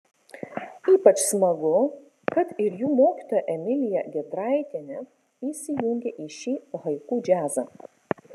ypač smagu kad ir jų mokytoja emilija gedraitienė įsijungė į šį haiku džiazą